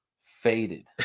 faded